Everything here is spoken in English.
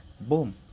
boom